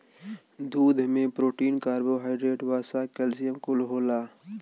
दूध में protein, carbohydrate, वसा, कैल्सियम कुल होला